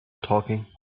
talking